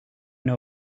know